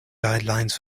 guidelines